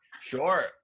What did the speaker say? Sure